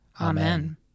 Amen